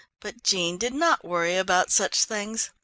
but jean did not worry about such things.